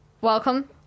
Welcome